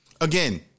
Again